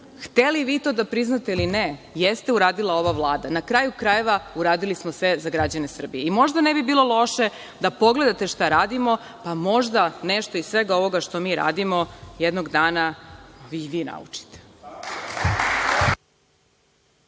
hteli vi to da priznate ili ne, jeste uradila ova Vlada. Na kraju krajeva, uradili smo sve za građane Srbije. Možda ne bi bilo loše da pogledate šta radimo, pa možda nešto iz svega ovoga što mi radimo jednog dana i vi